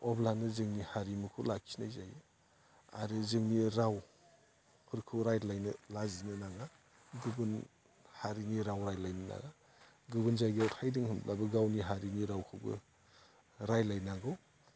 अब्लानो जोंनि हारिमुखौ लाखिनाय जायो आरो जोंनि रावफोरखौ रायज्लायनो लाजिनो नाङा गुबुन हारिनि राव रायज्लायनो गुबुन जायगायाव थाहैदोंमोनब्लाबो गावनि हारिनि रावखौबो रायज्लायनांगौ